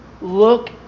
Look